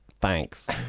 thanks